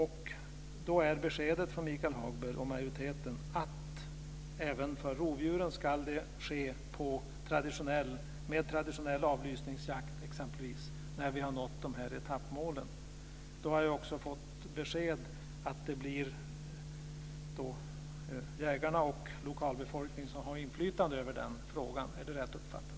Beskedet från Michael Hagberg och majoriteten är att även för rovdjuren ska förvaltningen ske med exempelvis traditionell avlysningsjakt när vi har nått etappmålen. Jag har också fått besked att det är jägarna och lokalbefolkningen som har inflytande över den frågan. Är det rätt uppfattat?